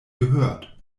gehört